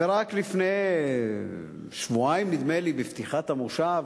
ורק לפני שבועיים, נדמה לי, בפתיחת המושב,